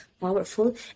powerful